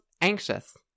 anxious